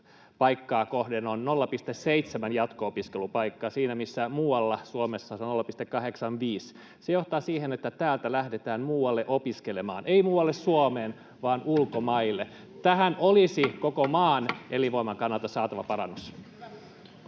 paikkaa kohden on 0,7 jatko-opiskelupaikkaa, siinä missä muualla Suomessa on 0,85. Se johtaa siihen, että täältä lähdetään muualle opiskelemaan — ei muualle Suomeen, vaan ulkomaille. [Pia Lohikoski: Juuri näin!] Tähän olisi koko maan elinvoiman kannalta saatava parannus.